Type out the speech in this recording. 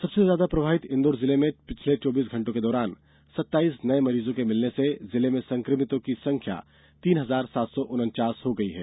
सबसे ज्यादा प्रभावित इंदौर जिले में पिछले चौबीस घंटों के दौरान सत्ताईस नये मरीजों के मिलने से जिले में संक्रमितों की संख्या तीन हजार सात सौ उनचास हो गई है